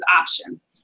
options